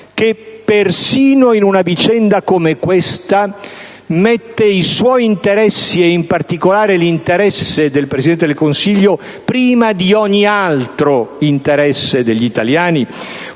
che, persino in una vicenda come questa, mette i suoi interessi, in particolare quelli del Presidente del Consiglio, prima di ogni altro interesse degli italiani?